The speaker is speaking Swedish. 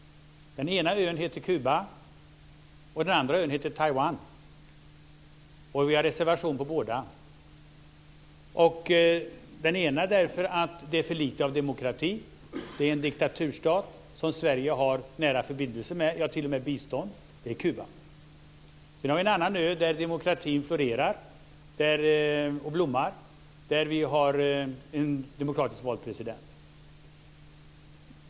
Den ena ön heter Kuba, och den andra ön heter Taiwan. Den ena reservationen gäller att det är för lite demokrati. Det är en diktaturstat, som Sverige har nära förbindelser med och t.o.m. ger bistånd. Det är Kuba. På den andra ön blommar demokratin, och där har man en demokratiskt vald president.